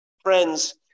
friends